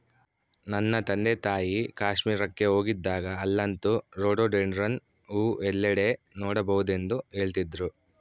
ನನ್ನ ತಂದೆತಾಯಿ ಕಾಶ್ಮೀರಕ್ಕೆ ಹೋಗಿದ್ದಾಗ ಅಲ್ಲಂತೂ ರೋಡೋಡೆಂಡ್ರಾನ್ ಹೂವು ಎಲ್ಲೆಡೆ ನೋಡಬಹುದೆಂದು ಹೇಳ್ತಿದ್ರು